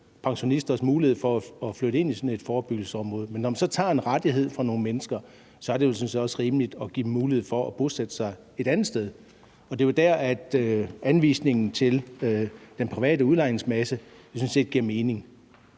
pensionisters mulighed for at flytte ind i sådan et forebyggelsesområde. Men når man så tager en rettighed fra nogle mennesker, er det jo sådan set også rimeligt at give dem mulighed for at bosætte sig et andet sted. Og det er jo dér, at anvisningen til den private udlejningsmasse sådan set giver mening.